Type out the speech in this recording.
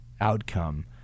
outcome